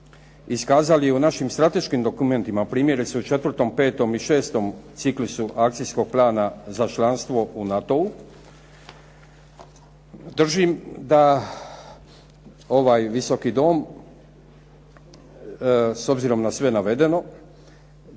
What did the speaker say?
iskazali u našim strateškim dokumentima, primjerice u 4., 5. i 6. ciklusu akcijskog plana za članstvo u NATO-u držim da ovaj Visoki dom s obzirom na sve navedeno